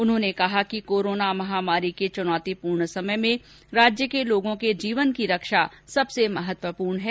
उन्होंने कहा कि कोरोना महामारी के चुनौतीपूर्ण समय में प्रदेशवासियों के जीवन की रक्षा सबसे महत्वपूर्ण है